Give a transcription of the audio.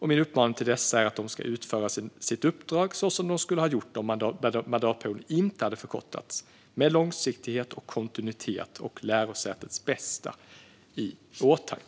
Min uppmaning till dessa är att de ska utföra sitt uppdrag så som de skulle ha gjort om mandatperioden inte hade förkortats, med långsiktighet och kontinuitet och lärosätets bästa i åtanke.